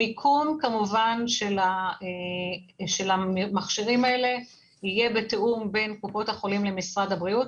המיקום של המכשירים האלה יהיה בתיאום בין קופות החולים למשרד הבריאות,